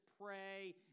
pray